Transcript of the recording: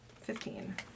Fifteen